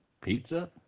Pizza